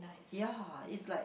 ya is like